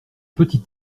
petit